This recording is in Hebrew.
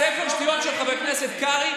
כמו הספר של בנט "איך מנצחים את הקורונה",